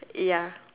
ya